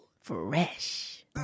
Fresh